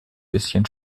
bisschen